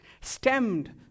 stemmed